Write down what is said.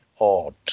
odd